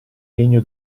legno